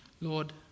Lord